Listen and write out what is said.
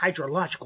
hydrological